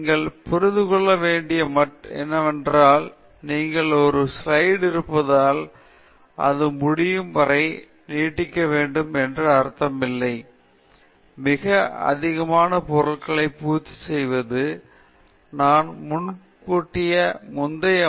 நீங்கள் புரிந்து கொள்ள வேண்டியது என்னவென்றால் நீங்கள் ஒரு ஸ்லைடு இருப்பதால் அது முடிவடையும் வரை நீட்டிக்க வேண்டும் என்று அர்த்தமில்லை ஸ்லைடில் திறந்த இடம் குறிப்பாக பயனுள்ளதாக இருக்கும் இது நீங்கள் காட்ட முயற்சிக்கும் ஏதாவது கவனம் செலுத்துவதற்கு உதவுகிறது அது அந்த கருத்தை நன்றாக புரிந்துகொள்ள உதவுகிறது